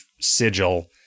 Sigil